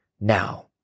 Now